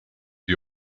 the